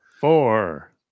Four